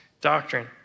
doctrine